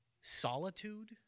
solitude